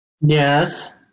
Yes